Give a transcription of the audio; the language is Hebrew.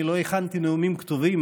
אני לא הכנתי נאומים כתובים.